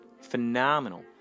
Phenomenal